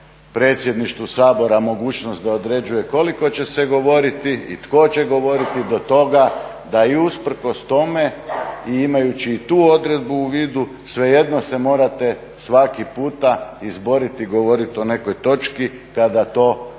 predsjedništvu Sabora da određuje koliko će se govoriti i tko će govoriti do toga da i usprkos tome i imajući i tu odredbu u vidu svejedno se morate svaki puta izboriti i govoriti o nekoj točki kada to